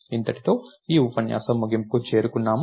ఇంతటితో ఈ ఉపన్యాసం ముగింపుకు చేరుకున్నాము